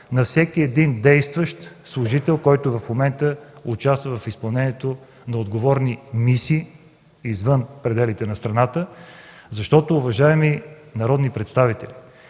на всеки един действащ служител, който в момента участва в изпълнението на отговорни мисии извън пределите на страната. Уважаеми народни представители,